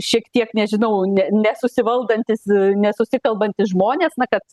šiek tiek nežinau ne nesusivaldantys nesusikalbantys žmonės na kad